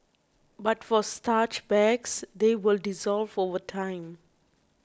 but for starch bags they will dissolve over time